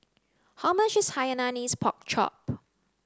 How much is hainanese pork chop